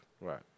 Right